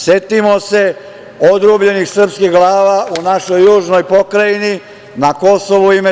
Setimo se odrubljenih srpskih glava u našoj južnoj pokrajini na KiM.